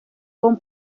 con